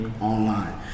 online